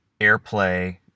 airplay